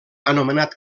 anomenat